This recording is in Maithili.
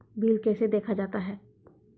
बिल कैसे देखा जाता हैं?